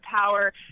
power